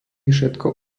všetko